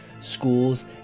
schools